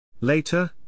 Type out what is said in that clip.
Later